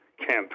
campaign